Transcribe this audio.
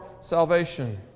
salvation